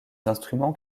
instruments